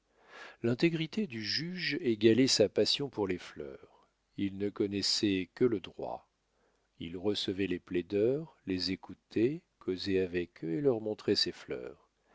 l'intégrité du juge égalait sa passion pour les fleurs il ne connaissait que le droit il recevait les plaideurs les écoutait causait avec eux et leur montrait ses fleurs